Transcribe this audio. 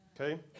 Okay